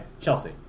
Chelsea